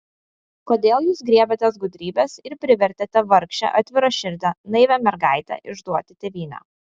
kodėl jūs griebėtės gudrybės ir privertėte vargšę atviraširdę naivią mergaitę išduoti tėvynę